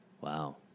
Wow